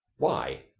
why?